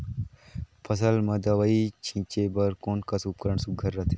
फसल म दव ई छीचे बर कोन कस उपकरण सुघ्घर रथे?